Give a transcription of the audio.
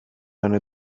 eine